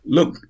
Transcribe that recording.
Look